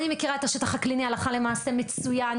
אני מכירה את השטח הקליני הלכה למעשה מצוין.